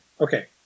okay